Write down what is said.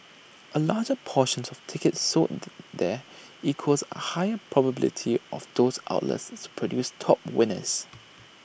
A larger portion tickets sold there equals are higher probability of those outlets to produce top winners